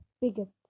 biggest